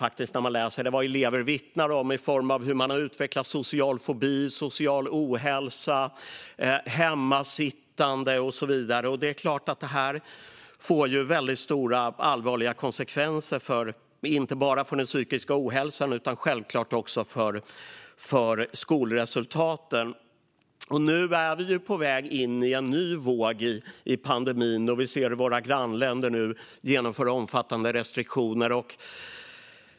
Elever vittnar där om hemmasittande och om hur de har utvecklat social fobi, social ohälsa och så vidare. Detta får förstås väldigt stora och allvarliga konsekvenser inte bara för den psykiska ohälsan utan självklart också för skolresultaten. Nu är vi på väg in i en ny våg i pandemin. Vi ser hur våra grannländer inför omfattande restriktioner.